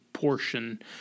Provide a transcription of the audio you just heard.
Portion